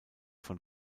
von